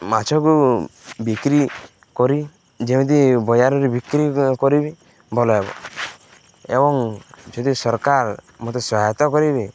ମାଛକୁ ବିକ୍ରି କରି ଯେମିତି ବଜାରରେ ବିକ୍ରି କରିବି ଭଲ ହେବ ଏବଂ ଯଦି ସରକାର ମୋତେ ସହାୟତା କରିବେ